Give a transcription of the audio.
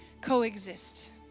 Coexist